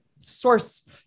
source